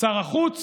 שר החוץ